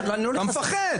אתה מפחד.